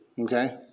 okay